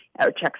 checks